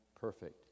perfect